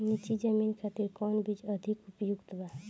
नीची जमीन खातिर कौन बीज अधिक उपयुक्त बा?